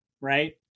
right